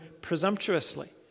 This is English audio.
presumptuously